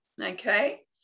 okay